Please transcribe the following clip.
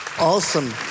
Awesome